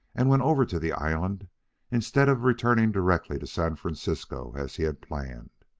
and went over to the island instead of returning directly to san francisco as he had planned.